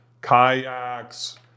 kayaks